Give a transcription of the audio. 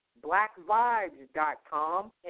BlackVibes.com